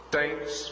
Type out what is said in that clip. Thanks